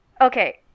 okay